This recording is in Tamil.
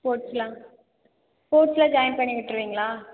ஸ்போர்ட்ஸ்லாம் ஸ்போர்ட்ஸ்லாம் ஜாயின் பண்ணி விட்டுருவீங்களா